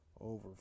over